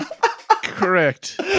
correct